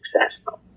successful